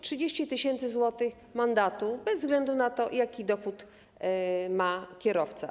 30 tys. zł mandatu bez względu na to, jaki dochód ma kierowca.